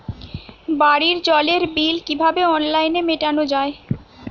বাড়ির জলের বিল কিভাবে অনলাইনে মেটানো যায়?